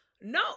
no